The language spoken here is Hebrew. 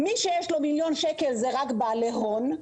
מי שיש לו מיליון שקל הם רק בעלי הון,